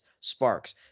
Sparks